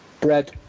bread